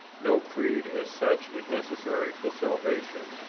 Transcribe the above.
no creed, as such, is necessary for salvation.